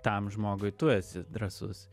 tam žmogui tu esi drąsus